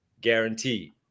guaranteed